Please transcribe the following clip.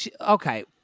Okay